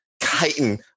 Chitin